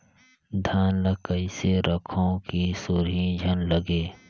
धान ल कइसे रखव कि सुरही झन लगे?